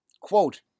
Quote